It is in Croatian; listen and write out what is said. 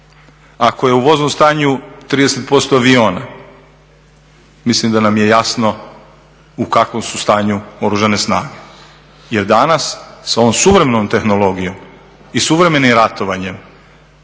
ako je u voznom stanju 30% aviona mislim da nam je jasno u kakvom su stanju Oružane snage. Jer danas sa ovom suvremenom tehnologijom i suvremenim ratovanjem